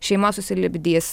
šeima susilipdys